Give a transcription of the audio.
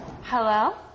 Hello